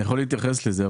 אני יכול להתייחס לזה.